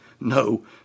No